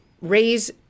raise